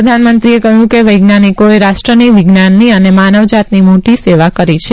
પ્રધાનમંત્રીએ કહયું કે વૈજ્ઞાનિકોએ રાષ્ટ્રની વિજ્ઞાનની અને માનવજાતની મોટીસેવા કરી છે